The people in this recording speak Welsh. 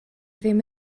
ddim